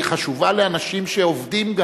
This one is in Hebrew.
היא חשובה לאנשים שגם עובדים,